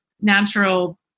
Natural